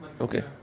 Okay